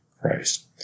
Christ